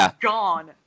gone